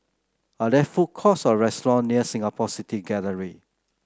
are there food courts or restaurant near Singapore City Gallery